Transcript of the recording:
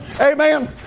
Amen